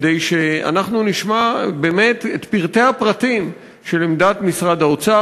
כדי שאנחנו נשמע באמת את פרטי הפרטים של עמדת משרד האוצר.